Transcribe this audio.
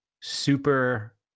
super